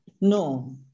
No